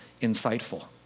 insightful